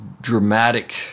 dramatic